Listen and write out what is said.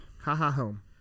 Ha-ha-home